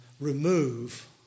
remove